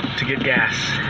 to get gas.